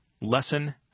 Lesson